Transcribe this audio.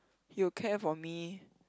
he will care for me